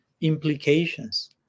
implications